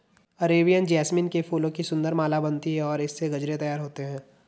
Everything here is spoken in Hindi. अरेबियन जैस्मीन के फूलों की सुंदर माला बनती है और इससे गजरे तैयार होते हैं